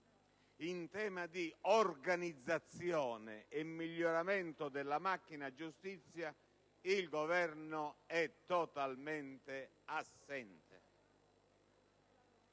in tema di organizzazione e miglioramento della macchina giustizia lo stesso è totalmente assente,